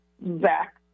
back